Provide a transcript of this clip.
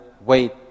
wait